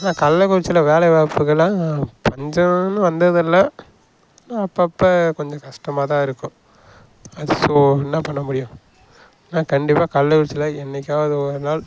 ஆனால் கள்ளக்குறிச்சியில் வேலைவாய்ப்புகள்லாம் பஞ்சம்னு வந்தது இல்லை அப்போ அப்போ கொஞ்சம் கஷ்டமாக தான் இருக்கும் அது ஸோ என்ன பண்ண முடியும் ஆனால் கண்டிப்பாக கள்ளக்குறிச்சியில் என்றைக்காவது ஒரு நாள்